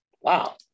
wow